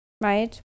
right